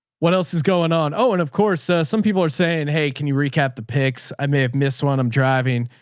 what else is going on? oh, and of course some people are saying, hey, can you recap the picks? i may have missed one i'm driving.